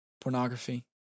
pornography